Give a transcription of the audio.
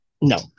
No